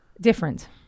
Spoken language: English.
Different